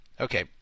Okay